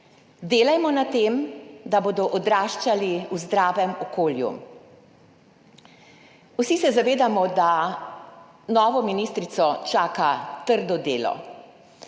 Delajmo na tem, da bodo odraščali v zdravem okolju. Vsi se zavedamo, da novo ministrico čaka trdo delo.